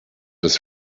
des